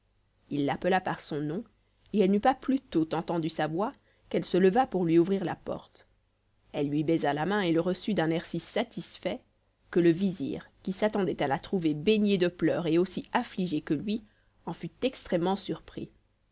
il l'appela par son nom et elle n'eut pas plus tôt entendu sa voix qu'elle se leva pour lui ouvrir la porte elle lui baisa la main et le reçut d'un air si satisfait que le vizir qui s'attendait à la trouver baignée de pleurs et aussi affligée que lui en fut extrêmement surpris